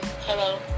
hello